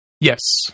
Yes